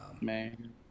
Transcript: Man